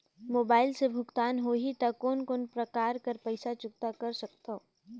Mobile से भुगतान होहि त कोन कोन प्रकार कर पईसा चुकता कर सकथव?